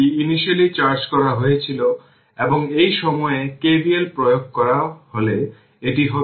অতএব current iR t কে express করা যেতে পারে iR t vtR হিসেবে